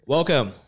Welcome